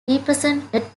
represented